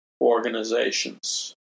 organizations